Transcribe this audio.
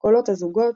קולות הזוגות,